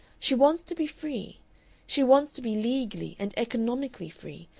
she wants to be free she wants to be legally and economically free,